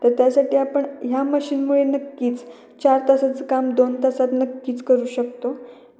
तर त्यासाठी आपण ह्या मशीनमुळे नक्कीच चार तासाचं काम दोन तासात नक्कीच करू शकतो